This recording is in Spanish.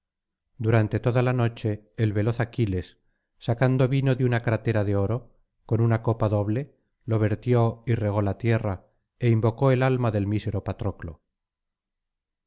durante toda la noche el veloz aquiles sacando vino de una crátera de oro con una copa doble lo vertió y regó la tierra é invocó el alma del mísero patroclo